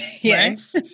Yes